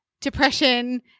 depression